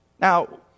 Now